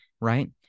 right